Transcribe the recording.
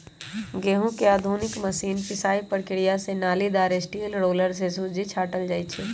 गहुँम के आधुनिक मशीन पिसाइ प्रक्रिया से नालिदार स्टील रोलर से सुज्जी छाटल जाइ छइ